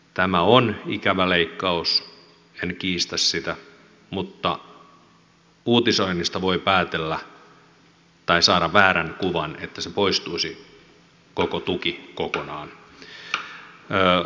tämä on ikävä leikkaus en kiistä sitä mutta uutisoinnista voi päätellä tai saada väärän kuvan että koko tuki poistuisi kokonaan